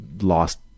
lost